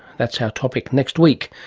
that's our topic next week,